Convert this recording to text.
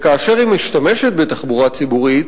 שכאשר היא משתמשת בתחבורה ציבורית